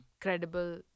credible